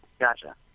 gotcha